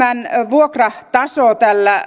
vuokrataso tällä mallilla